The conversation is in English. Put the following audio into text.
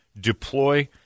Deploy